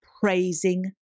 praising